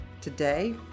Today